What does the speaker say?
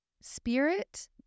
spirit